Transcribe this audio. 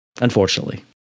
Unfortunately